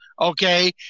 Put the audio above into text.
okay